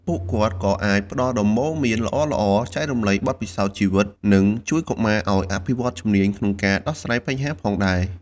ពួកគាត់ក៏អាចផ្តល់ដំបូន្មានល្អៗ ចែករំលែកបទពិសោធន៍ជីវិត និងជួយកុមារឱ្យអភិវឌ្ឍជំនាញក្នុងការដោះស្រាយបញ្ហាផងដែរ។